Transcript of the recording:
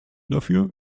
dafür